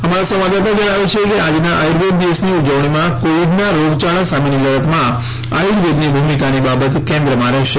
અમારા સંવાદદાતા જણાવે છે કે આજનાં આર્યુર્વેદ દિવસની ઉજવણીમાં કોવિડનાં રોગચાળા સામેની લડતમાં આર્યુર્વેદની ભૂમિકાની બાબત કેન્દ્રમાં રહેશે